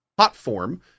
Hotform